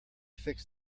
fix